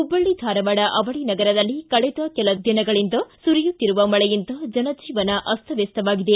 ಹುಬ್ಬಳ್ಳಿ ಧಾರವಾಡ ಅವಳಿ ನಗರದಲ್ಲಿ ಕಳೆದ ಕೆಲ ದಿನಗಳಿಂದ ಸುರಿಯುತ್ತಿರುವ ಮಳೆಯಿಂದ ಜನಜೀವನ ಅಸ್ತವ್ಯಸ್ಥವಾಗಿದೆ